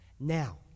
Now